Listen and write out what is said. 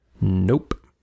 Nope